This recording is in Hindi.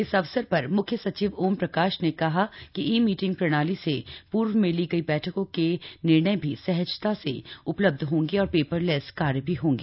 इस अवसर पर मुख्य सचिव ओम प्रकाश ने कहा कि यह ई मीटिंग प्रणाली से पूर्व में ली गई बैठकों के निर्णय भी सहजता से उपलब्ध होंगे और पेपरलेस कार्य भी होंगे